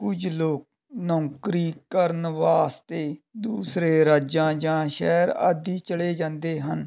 ਕੁਛ ਲੋਕ ਨੌਕਰੀ ਕਰਨ ਵਾਸਤੇ ਦੂਸਰੇ ਰਾਜਾਂ ਜਾਂ ਸ਼ਹਿਰ ਆਦਿ ਚਲੇ ਜਾਂਦੇ ਹਨ